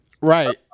right